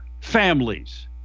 families